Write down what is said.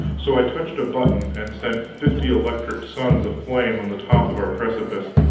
so i touched a button and set fifty electric suns aflame on the top of our precipice.